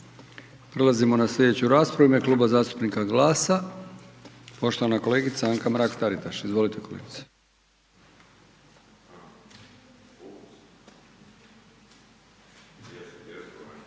Prelazimo na slijedeću raspravu, u ime Kluba zastupnika GLAS-a poštovana kolegica Anka Mrak Taritaš, izvolite kolegice.